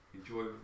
Enjoy